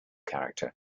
character